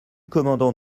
commandant